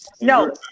No